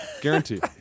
Guaranteed